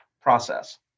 process